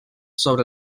sobre